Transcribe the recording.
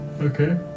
Okay